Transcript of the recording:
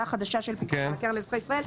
החדשה של פיקוח על הקרן לאזרחי ישראל,